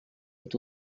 est